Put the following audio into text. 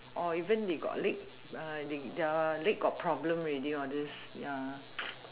or even they got leg their leg got problem already all this ya